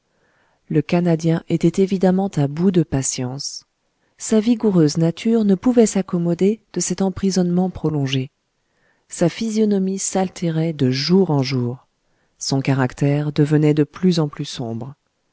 le canadien était évidemment à bout de patience sa vigoureuse nature ne pouvait s'accommoder de cet emprisonnement prolongé sa physionomie s'altérait de jour en jour son caractère devenait de plus en plus sombre